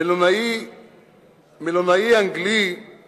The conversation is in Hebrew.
אדוני היושב-ראש, חברי הכנסת,